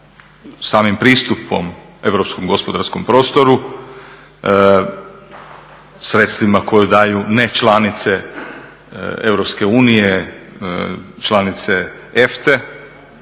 samim pristupom europskom gospodarskom prostoru sredstvima koja daju nečlanice EU, članice EFTA-e